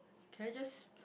can I just